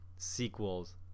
Sequels